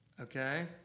Okay